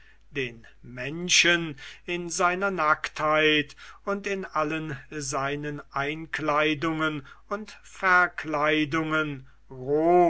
den menschen in seiner nacktheit und in allen seinen einkleidungen und verkleidungen